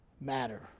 matter